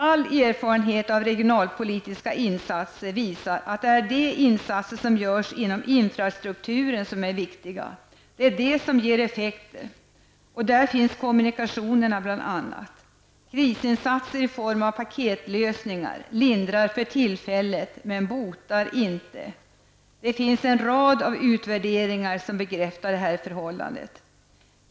All erfarenhet av regionalpolitiska insatser visar att det är de insatser som görs inom infrastrukturen som är viktiga och som ger effekter. Där finns bl.a. kommunikationer med. Krisinsatser i form av paketslösningar lindrar för tillfället men botar inte. Det finns en rad utvärderingar som bekräftar detta förhållande.